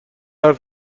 حرف